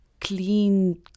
clean